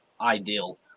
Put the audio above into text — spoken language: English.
ideal